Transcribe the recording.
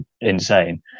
insane